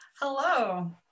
Hello